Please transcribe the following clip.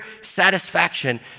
satisfaction